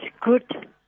good